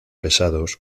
pesados